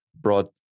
brought